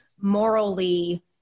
morally